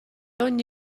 ogni